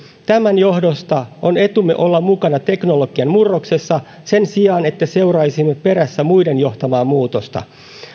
tämän johdosta on etumme olla mukana teknologian murroksessa sen sijaan että seuraisimme perässä muiden johtamaa muutosta